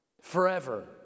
Forever